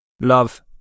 love